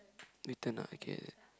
beaten up again